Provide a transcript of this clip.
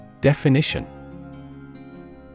Definition